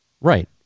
Right